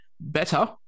better